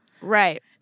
right